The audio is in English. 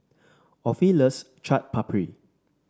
Offie loves Chaat Papri